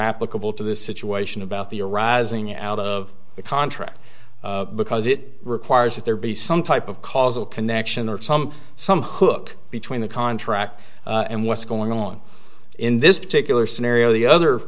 applicable to this situation about the arising out of a contract because it requires that there be some type of causal connection or some some hook between the contract and what's going on in this particular scenario the other